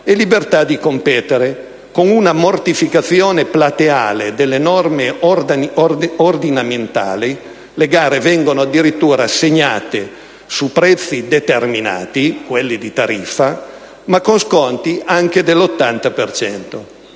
e libertà di competere, con una mortificazione plateale delle norme ordinamentali, poiché le gare vengono assegnate, addirittura, su prezzi determinati (quelli di tariffa), ma con sconti anche dell'80